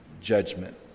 judgment